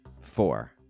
Four